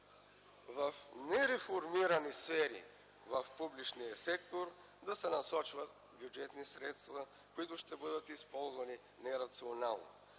в нереформирани сфери в публичния сектор да се насочват бюджетни средства, които ще бъдат използвани нерационално.